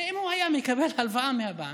הרי אם הוא היה מקבל הלוואה מהבנק,